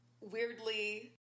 Weirdly